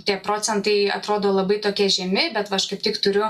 tie procentai atrodo labai tokie žemi bet va aš kaip tik turiu